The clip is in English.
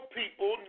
people